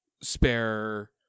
spare